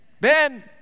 Ben